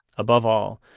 above all,